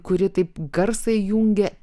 kuri taip garsą įjungia